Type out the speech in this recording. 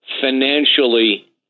financially